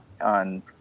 on